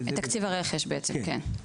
את תקציב הרכש בעצם, כן.